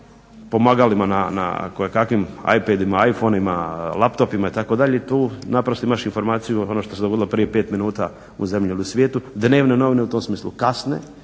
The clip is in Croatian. pomagalima na kojekakvim ipedima, ifonima, laptopima itd. i tu naprosto imaš informaciju ono što se dogodilo prije pet minuta u zemlji ili svijetu. Dnevne novine u tom smislu kasne,